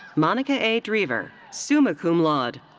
monica a. drever, summa cum laude.